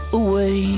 away